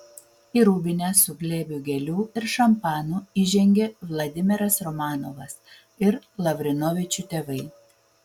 į rūbinę su glėbiu gėlių ir šampanu įžengė vladimiras romanovas ir lavrinovičių tėvai